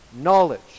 knowledge